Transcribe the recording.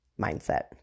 mindset